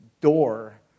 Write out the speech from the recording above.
door